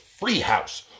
Freehouse